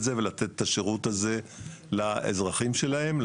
זה ולתת את השירות הזה לאזרחים שלהם.